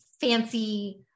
fancy